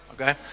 Okay